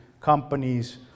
companies